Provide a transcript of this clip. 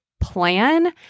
plan